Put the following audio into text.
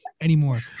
anymore